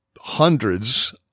hundreds